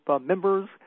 members